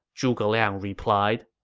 zhuge liang replied